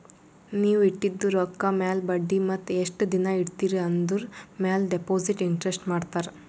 ನೀವ್ ಇಟ್ಟಿದು ರೊಕ್ಕಾ ಮ್ಯಾಲ ಬಡ್ಡಿ ಮತ್ತ ಎಸ್ಟ್ ದಿನಾ ಇಡ್ತಿರಿ ಆಂದುರ್ ಮ್ಯಾಲ ಡೆಪೋಸಿಟ್ ಇಂಟ್ರೆಸ್ಟ್ ಮಾಡ್ತಾರ